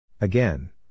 Again